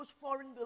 foreign